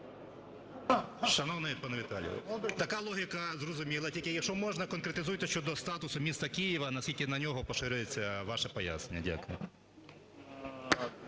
Дякую.